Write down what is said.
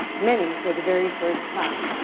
many for the very first time.